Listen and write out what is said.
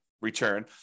Return